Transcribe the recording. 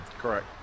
Correct